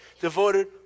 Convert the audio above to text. devoted